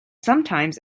sometimes